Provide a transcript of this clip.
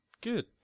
Good